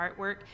artwork